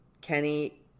Kenny